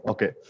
Okay